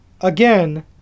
Again